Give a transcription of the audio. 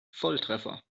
volltreffer